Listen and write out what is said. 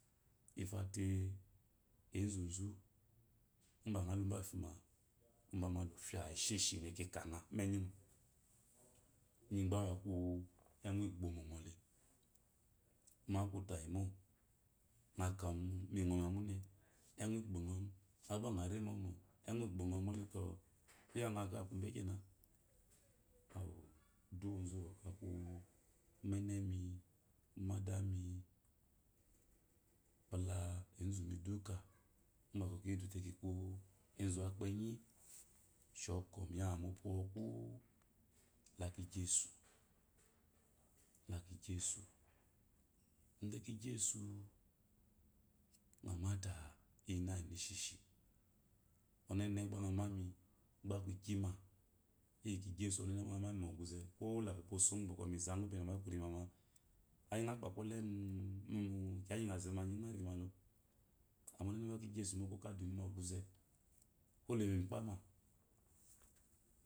Infote enzuzu biba ngo luba afime ubama lofia esheshi mekanga mu enyingo enyi gba ba eku engu egbomo ngɔle mo aku tayimo nga k mu ingoma mune engu isbongomu ngogba ngo remomo engu igbongomole to iya nga aku ummenemi umeri adami mbada ezumi duka bwɔkwɔ kiyilite te kiku ezuwakpenyi kiyi miyama mu opu moku laki gyesu laki gyesu ide ki gyuesu mɔmate iyinana isheshi ɔnene gba ngo mami gba kukime yikigyiesu gba ɔnene ngo mami mɔguze kola ku kwozo gu mi zagu gba miyi mu apula memama ai nga kkepɔle mu kiya ag ngooze maggi ngo ninelo amma gba kiigyi esemo koko dunin mɔguze kole yeme mikpame.